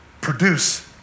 produce